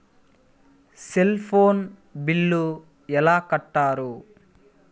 Cell phone bill ఎలా కట్టారు?